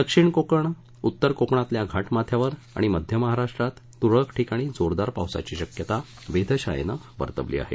दक्षिण कोकण उत्तर कोकणातल्या घाट माथ्यावर आणि मध्य महाराष्ट्रात तुरळक ठिकाणी जोरदार पावसाची शक्यता वेधाशाळेनं वर्तवली आहे